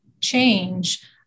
change